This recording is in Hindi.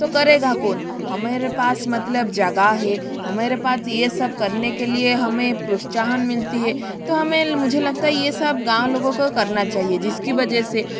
तो करेगा कौन हमारे पास मतलब जगह है हमारे पास ये सब करने के लिए हमें प्रोत्साहन मिलती है तो हमें मुझे लगता है ये सब गाँव लोगों को करना चाहिए जिसकी वजह से